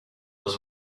was